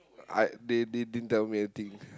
I they they they didn't tell me anything